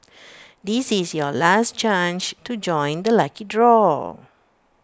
this is your last chance to join the lucky draw